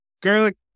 garlic